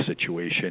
situation